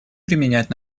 применять